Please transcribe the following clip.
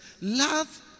Love